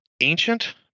ancient